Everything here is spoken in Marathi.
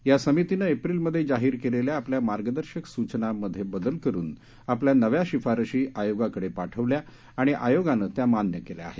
या समितीनं एप्रिल मध्ये जाहीर केलेल्या आपल्या मार्गदर्शक सूचनांमध्ये बदल करून आपल्या नव्या शिफारसी आयोगाकडे पाठवल्या आणि आयोगानं त्या मान्य केल्या आहेत